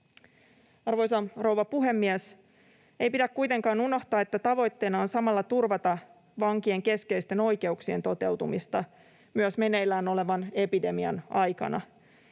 Arvoisa rouva puhemies! Ei pidä kuitenkaan unohtaa, että tavoitteena on samalla turvata vankien keskeisten oikeuksien toteutumista myös meneillään olevan epidemian aikana.